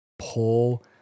pull